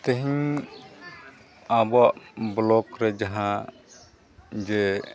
ᱛᱮᱦᱮᱧ ᱟᱵᱚᱣᱟᱜ ᱵᱞᱚᱠ ᱨᱮ ᱡᱟᱦᱟᱸ ᱡᱮ